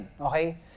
Okay